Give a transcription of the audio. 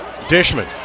Dishman